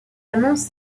annonce